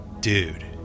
dude